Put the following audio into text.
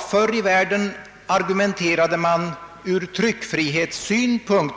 Förr i världen argumenterade man